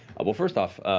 well, first off,